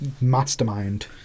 mastermind